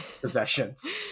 possessions